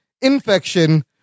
infection